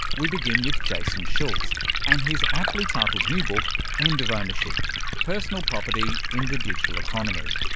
we begin with jason schultz and his aptly titled new book end of ownership personal property in the digital economy.